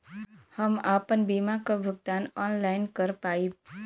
हम आपन बीमा क भुगतान ऑनलाइन कर पाईब?